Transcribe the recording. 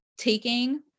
taking